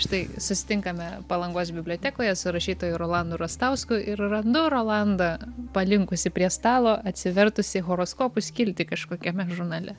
štai susitinkame palangos bibliotekoje su rašytoju rolandu rastausku ir randu rolandą palinkusį prie stalo atsivertusį horoskopų skiltį kažkokiame žurnale